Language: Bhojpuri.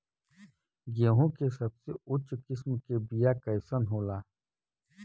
गेहूँ के सबसे उच्च किस्म के बीया कैसन होला?